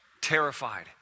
terrified